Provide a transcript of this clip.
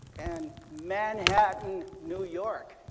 and manhattan new york.